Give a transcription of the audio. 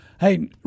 Hey